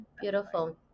beautiful